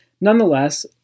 Nonetheless